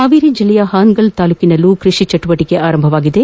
ಹಾವೇರಿ ಜಿಲ್ಲೆಯ ಹಾನಗಲ್ ತಾಲ್ಲೂಕಿನಲ್ಲೂ ಕೃಷಿ ಚಟುವಟಿಕೆ ಆರಂಭಗೊಂಡಿದೆ